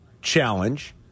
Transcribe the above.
challenge